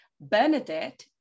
Bernadette